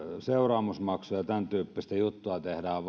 seuraamusmaksuja ja tämäntyyppisiä juttuja tehdään